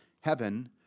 heaven